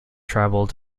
travelled